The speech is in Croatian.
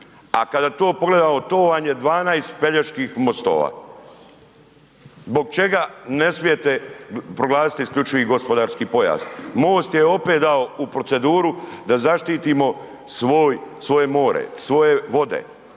a kada to pogledamo to vam je 12 Peljeških mostova. Zbog čega ne smijete proglasiti isključivi gospodarski pojas? MOST je opet dao u proceduru da zaštitimo svoje more, svoje vode.